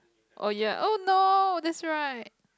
oh ya oh no that's right